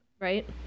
right